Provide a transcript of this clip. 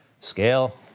Scale